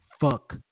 fuck